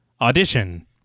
audition